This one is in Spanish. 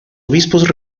obispos